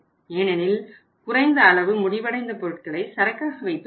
ஏனெனில் குறைந்த அளவு முடிவடைந்த பொருட்களை சரக்காக வைத்துள்ளோம்